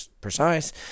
precise